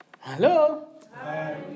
Hello